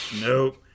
Nope